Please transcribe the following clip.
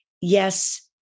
yes